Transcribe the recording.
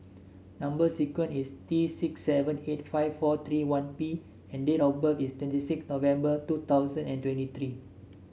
number sequence is T six seven eight five four three one P and date of birth is twenty six November two thousand and twenty three